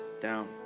down